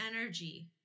energy